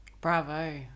Bravo